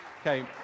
Okay